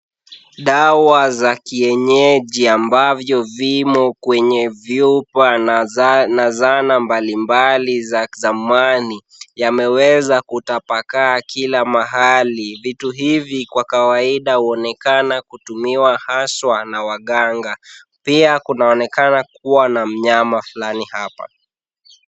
Dawa za kienyeji ambavyo vimo kwenye vyupa na zana mbalimbali za kizamani yameweza kutapakaa kila mahali. Vitu hivi kwa kawaida huonekana kutumiwa haswa na waganga. Pia kunaonekana kuwa na mnyama fulani hapa.